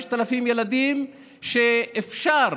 5,000 ילדים שאפשר